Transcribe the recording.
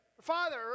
father